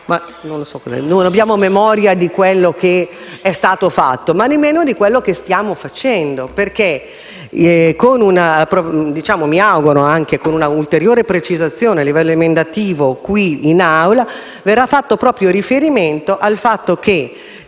non abbiamo memoria non solo di quello che è stato fatto, ma nemmeno di quello che stiamo facendo. Ciò perché - mi auguro con un'ulteriore precisazione a livello emendativo in Aula - verrà fatto riferimento al fatto che